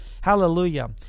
Hallelujah